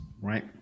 right